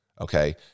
Okay